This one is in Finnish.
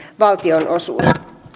valtionosuus